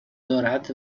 دارد